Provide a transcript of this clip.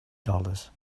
dollars